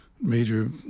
major